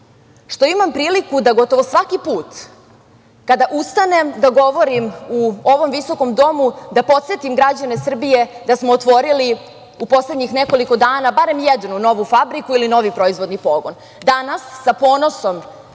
što imam priliku da gotovo svaki put kada ustanem da govorim u ovom Visokom domu da podsetim građane Srbije da smo otvorili u poslednjih nekoliko dana barem jednu novu fabriku ili novi proizvodni pogon. Danas sa ponosom